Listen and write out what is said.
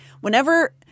Whenever